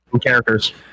characters